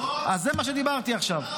אז זה מה שדיברתי עכשיו.